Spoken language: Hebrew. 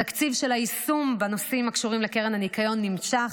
התקציב של היישום בנושאים שקשורים לקרן הניקיון נמשך.